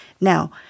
Now